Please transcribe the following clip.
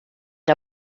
der